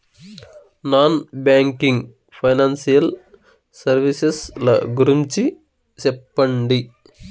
Non banking financial services ల గురించి సెప్పండి?